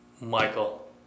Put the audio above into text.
michael